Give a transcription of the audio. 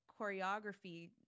choreography